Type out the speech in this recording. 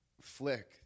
flick